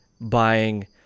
buying